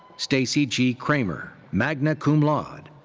stacey g. kramer, magna cum laude.